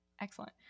excellent